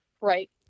Right